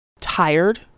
tired